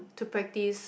to pracitse